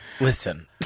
Listen